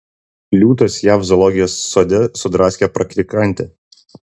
liūtas jav zoologijos sode sudraskė praktikantę